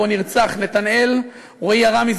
נרצח נתנאל רואי עראמי,